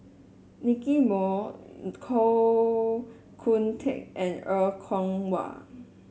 Nicky Moey Koh Hoon Teck and Er Kwong Wah